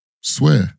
Swear